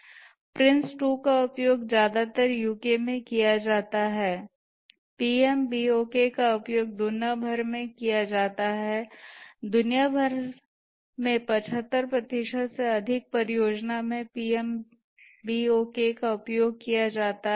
PRINCE2 का उपयोग ज्यादातर यूके में किया जाता है PMBOK का उपयोग दुनिया भर में किया जाता है दुनिया भर में 75 प्रतिशत से अधिक परियोजनाओं में PMBOK का उपयोग किया जाता है